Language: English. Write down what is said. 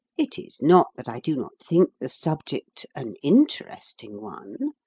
it is not that i do not think the subject an interesting one.